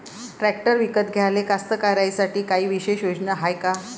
Tractor विकत घ्याले कास्तकाराइसाठी कायी विशेष योजना हाय का?